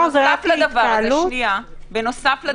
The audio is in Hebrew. בנוסף,